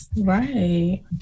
Right